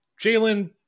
Jalen